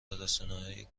رسانههای